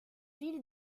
ville